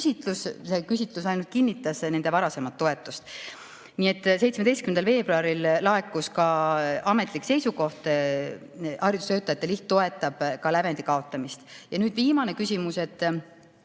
see küsitlus ainult kinnitas nende varasemat toetust. Nii et 17. veebruaril laekus ka ametlik seisukoht, et haridustöötajate liit toetab lävendi kaotamist. Nüüd viimane küsimus.